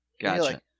Gotcha